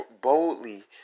boldly